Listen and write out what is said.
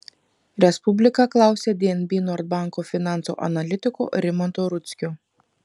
respublika klausė dnb nord banko finansų analitiko rimanto rudzkio